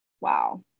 Wow